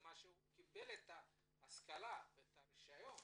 לכן הוא קיבל את ההשכלה שלו ואת רישיון